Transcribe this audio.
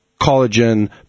collagen